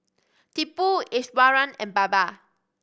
Tipu Iswaran and Baba